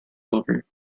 lover